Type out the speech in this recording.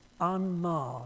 unmarred